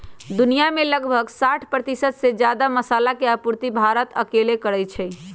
दुनिया में लगभग साठ परतिशत से जादा मसाला के आपूर्ति भारत अकेले करई छई